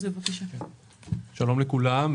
שלום לכולם.